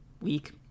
week